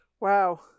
Wow